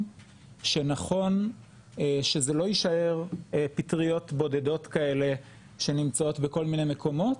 שנכון שזה לא יישאר פטריות בודדות כאלה שנמצאות בכל מיני מקומות,